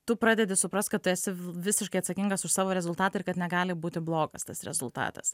tu pradedi suprast kad tu esi visiškai atsakingas už savo rezultatą ir kad negali būti blogas tas rezultatas